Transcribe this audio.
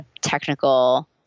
technical